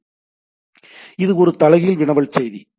எனவே இது ஒரு தலைகீழ் வினவல் செய்தி